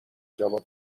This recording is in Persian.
جواب